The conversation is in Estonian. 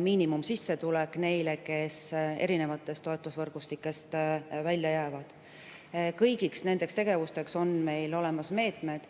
miinimumsissetulek neile, kes toetusvõrgustikust välja jäävad. Kõigiks nendeks tegevusteks on meil olemas meetmed.